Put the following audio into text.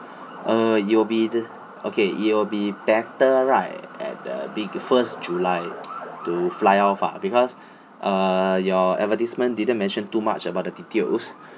uh it will be the okay it will be better right at the begi~ first july to fly off ah because uh your advertisement didn't mention too much about the details